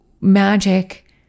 magic